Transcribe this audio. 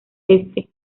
este